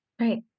Right